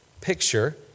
picture